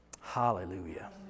Hallelujah